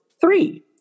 Three